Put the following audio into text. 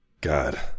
God